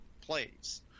plays